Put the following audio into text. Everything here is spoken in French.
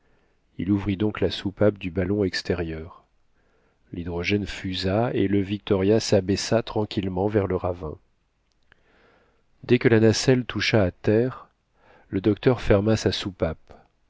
il ouvrit donc la soupape du ballon extérieur l'hydrogène fusa et le victoria s'abaissa tranquillement vers le ravin dès que la nacelle toucha à terre le docteur ferma sa soupape